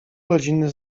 godziny